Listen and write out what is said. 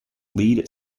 lead